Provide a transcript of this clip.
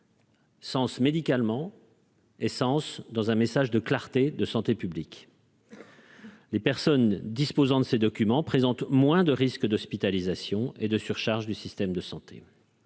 Sens médicalement. Essence dans un message de clarté, de santé publique. Les personnes disposant de ces documents présentent moins de risques d'hospitalisation et de surcharge du système de santé